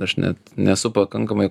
aš net nesu pakankamai